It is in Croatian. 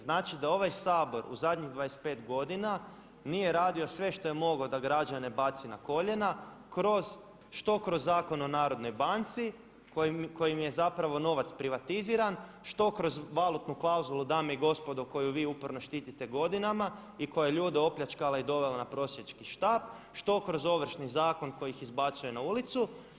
Znači, da ovaj Sabor u zadnjih 25 godina nije radio sve što je mogao da građane baci na koljena kroz, što kroz Zakon o Narodnoj banci kojim je zapravo novac privatiziran, što kroz valutnu klauzulu dame i gospodo koju vi uporno štitite godinama i koja je ljude opljačkala i dovela na prosjački štap, što kroz Ovršni zakon koji ih izbacuje na ulicu.